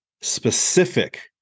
specific